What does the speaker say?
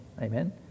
amen